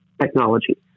technology